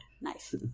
Nice